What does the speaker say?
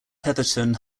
petherton